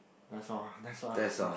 that's all ah that's all I would say